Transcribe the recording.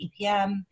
EPM